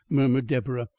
murmured deborah,